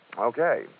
Okay